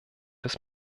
des